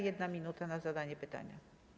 1 minuta na zadanie pytania.